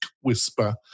Whisper